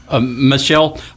michelle